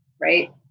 right